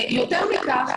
יותר מכך,